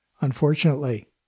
unfortunately